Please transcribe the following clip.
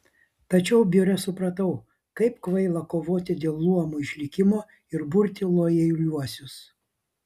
tačiau biure supratau kaip kvaila kovoti dėl luomų išlikimo ir burti lojaliuosius